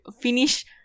finish